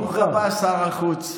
ברוך הבא, שר החוץ.